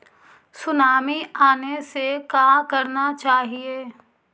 Tsunami आने से का करना चाहिए?